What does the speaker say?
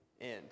end